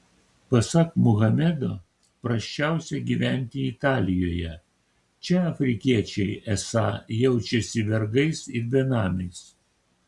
pasak muhamedo prasčiausia gyventi italijoje čia afrikiečiai esą jaučiasi vergais ir benamiais